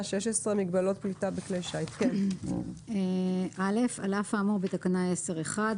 מגבלות פליטה בכלי שיט מסוימים 16. על אף האמור בתקנה 10(1),